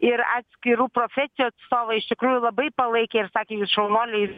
ir atskirų profesijų atstovai iš tikrųjų labai palaikė ir sakė jūs šaunuoliai